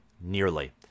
Nearly